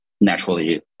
naturally